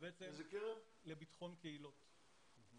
זאת קרן שהסוכנות הקימה.